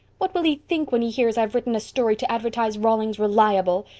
what will he think when he hears i've written a story to advertise rollings reliable?